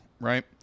right